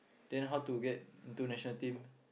then how to get to national team